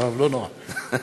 לא נורא.